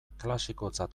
klasikotzat